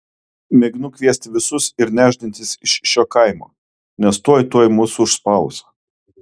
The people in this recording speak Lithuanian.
mėginu kviesti visus ir nešdintis iš šio kaimo nes tuoj tuoj mus užspaus